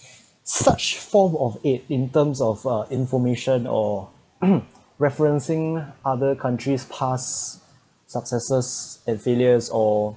such form of aid in terms of uh information or referencing other countries past successes and failures or